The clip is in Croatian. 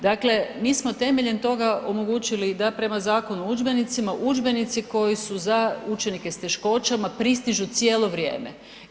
Dakle, mi smo temeljem toga omogućili da prema Zakonu o udžbenicima, udžbenici koji su za učenike s teškoćama pristižu cijelo vrijeme.